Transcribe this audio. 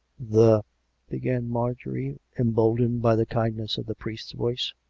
the began marjorie, emboldened by the kind ness of the priest's voice.